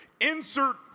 insert